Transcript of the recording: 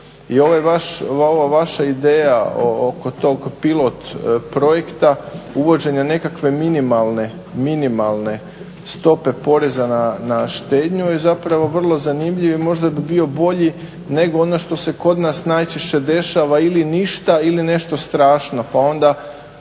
I ova vaša ideja oko toga pilot projekta, uvođenje nekakve minimalne stope poreza na štednju je zapravo vrlo zanimljivo i možda bi bio bolji nego ono što se kod nas najčešće dešava ili ništa ili nešto strašno